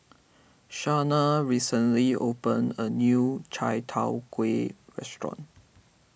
Shana recently opened a new Chai Tow Kuay restaurant